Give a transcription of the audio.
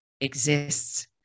exists